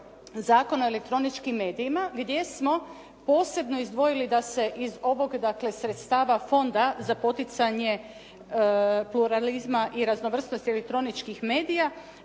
Zakona o elektroničkim medijima gdje smo posebno izdvojili da se iz ovog, dakle iz sredstava fonda za poticanje pluralizma i raznovrsnosti elektroničkih medija